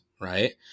right